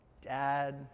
dad